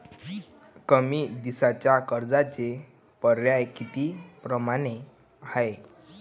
कमी दिसाच्या कर्जाचे पर्याय किती परमाने हाय?